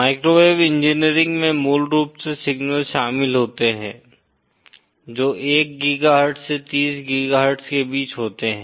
microwave engineering में मूल रूप से सिग्नल शामिल होते हैं जो 1 गीगाहर्ट्ज़ से 30 गीगाहर्ट्ज़ के बीच होते हैं